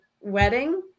wedding